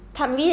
什么 ah